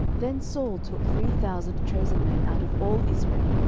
then saul took three thousand chosen men out of all israel,